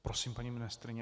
Prosím, paní ministryně.